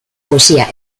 poesía